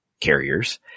carriers